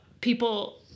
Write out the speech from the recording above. people